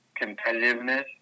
competitiveness